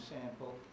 sample